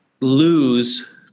lose